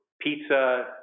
pizza